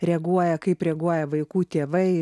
reaguoja kaip reaguoja vaikų tėvai